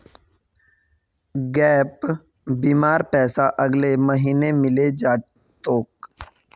gap बीमार पैसा अगले महीने मिले जा तोक